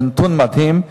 זה נתון מדהים.